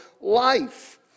life